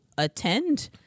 attend